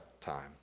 time